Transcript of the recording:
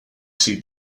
see